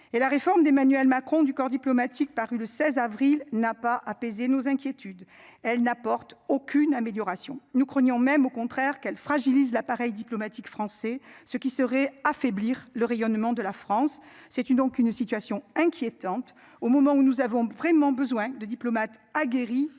et la réforme d'Emmanuel Macron du corps diplomatique, paru le 16 avril n'a pas apaiser nos inquiétudes, elle n'apporte aucune amélioration n'Ukrainian même au contraire qu'elle fragilise l'appareil diplomatique français, ce qui serait affaiblir le rayonnement de la France c'est une donc une situation inquiétante au moment où nous avons vraiment besoin de diplomate aguerri